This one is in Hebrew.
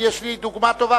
יש לי דוגמה טובה,